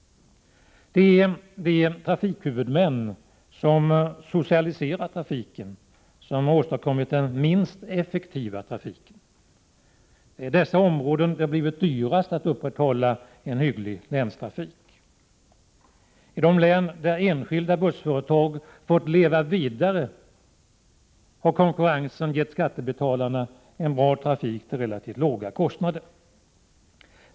Det är de trafikhuvudmän som socialiserar trafiken som har åstadkommit den minst effektiva trafiken. Det är i dessa områden som det har blivit dyrast att upprätthålla en hygglig länstrafik. I de län där enskilda bussföretag fått leva vidare har konkurrensen gett skattebetalarna en bra trafik till relativt låga kostnader.